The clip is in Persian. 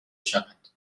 شوند